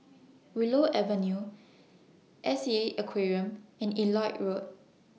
Willow Avenue S E A Aquarium and Elliot Road